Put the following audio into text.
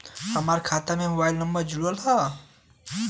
हमार खाता में मोबाइल नम्बर जुड़ल हो?